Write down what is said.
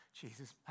Jesus